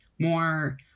more